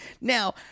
now